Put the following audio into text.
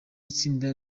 itsinda